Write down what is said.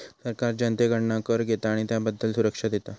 सरकार जनतेकडना कर घेता आणि त्याबदल्यात सुरक्षा देता